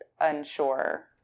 unsure